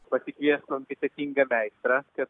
pasikviest kompetentingą meistrą kad